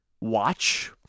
watch